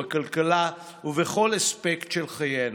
בכלכלה ובכל אספקט של חיינו.